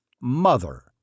mother